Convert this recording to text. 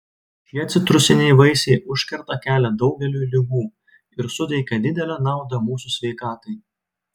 šie citrusiniai vaisiai užkerta kelią daugeliui ligų ir suteikia didelę naudą mūsų sveikatai